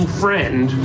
friend